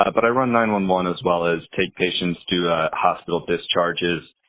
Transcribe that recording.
ah but i run nine one one as well as take patients to ah hospital discharges.